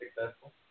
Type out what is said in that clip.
successful